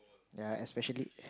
yea especially